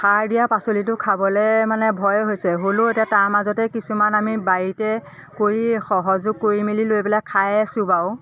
সাৰ দিয়া পাচলিটো খাবলৈ মানে ভয়ে হৈছে হ'লেও এতিয়া তাৰ মাজতে কিছুমান আমি বাৰীতে কৰি সহযোগ কৰি মেলি লৈ পেলাই খাই আছো বাৰু